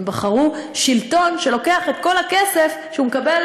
הם בחרו שלטון שלוקח את כל הכסף שהוא מקבל